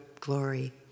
glory